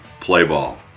PLAYBALL